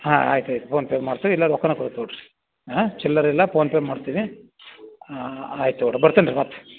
ಹಾಂ ಆಯ್ತು ಆಯ್ತು ಫೋನ್ಪೇ ಮಾಡ್ತೀನಿ ಇಲ್ಲ ರೊಕ್ಕಾನೆ ತೊಗೊಳ್ರೀ ಹಾಂ ಚಿಲ್ಲರೆ ಇಲ್ಲ ಫೋನ್ಪೇ ಮಾಡ್ತೀನಿ ಹಾಂ ಆಯ್ತು ತೊಗೊಳ್ರೀ ಬರ್ತೇನೆ ರೀ ಮತ್ತೆ